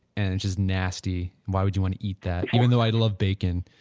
and which is nasty, why would you want to eat that, even though i love bacon